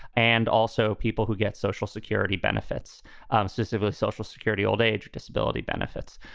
and also people who get social security benefits obsessively, social security, old age disability benefits.